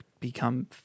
become